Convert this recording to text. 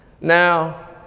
Now